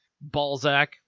Balzac